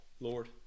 Lord